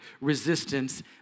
resistance